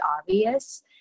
obvious